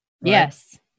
Yes